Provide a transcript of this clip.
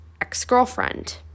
ex-girlfriend